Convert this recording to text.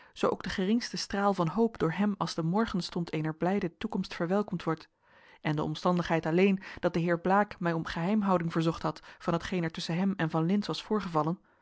zoo ook de geringste straal van hoop door hem als de morgenstond eener blijde toekomst verwelkomd wordt en de omstandigheid alleen dat de heer blaek mij om geheimhouding verzocht had van hetgeen er tusschen hem en van lintz was voorgevallen